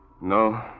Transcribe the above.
No